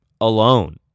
alone